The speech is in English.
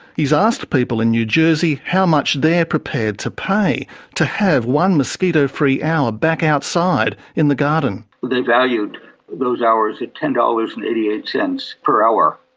he's asked people in new jersey how much they're prepared to pay to have one mosquito-free hour back outside in the garden. they valued those hours at ten dollars. eighty eight and per hour.